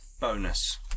bonus